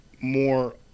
more